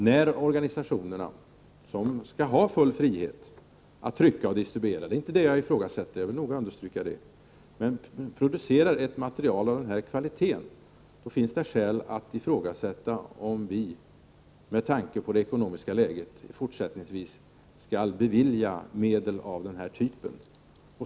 När organisationerna, som skall ha full frihet att trycka och distribuera material — och jag vill noga understryka att det inte är det som jag ifrågasätter — producerar ett material av den nu aktuella kvaliteten, finns det skäl att ifrågasätta om vi, med tanke på det ekonomiska läget, fortsättningsvis skall bevilja medel av denna typ.